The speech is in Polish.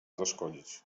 zaszkodzić